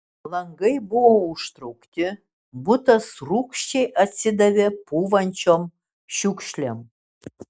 langai buvo užtraukti butas rūgščiai atsidavė pūvančiom šiukšlėm